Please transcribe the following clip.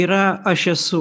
yra aš esu